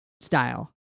Style